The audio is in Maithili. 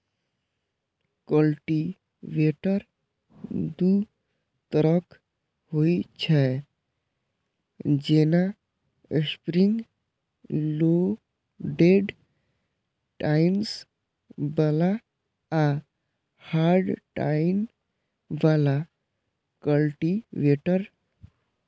कल्टीवेटर दू तरहक होइ छै, जेना स्प्रिंग लोडेड टाइन्स बला आ हार्ड टाइन बला कल्टीवेटर